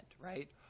right